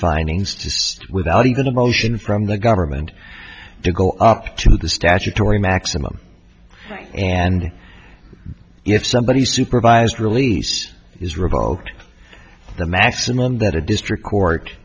findings to without even a motion from the government to go up to the statutory maximum and if somebody supervised release is revoked the maximum that a district court